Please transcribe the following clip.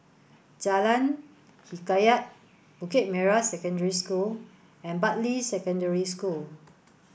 Jalan Hikayat Bukit Merah Secondary School and Bartley Secondary School